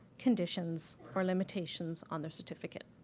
conditions or limitations on their certificate.